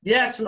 Yes